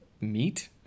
meet